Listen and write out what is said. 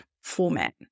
format